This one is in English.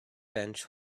bench